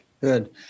Good